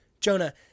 Jonah